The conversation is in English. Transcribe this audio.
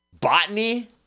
botany